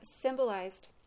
symbolized